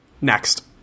Next